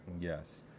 yes